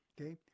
okay